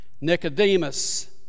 Nicodemus